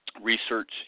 research